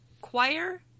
choir